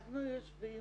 אנחנו יושבים